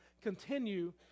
continue